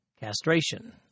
castration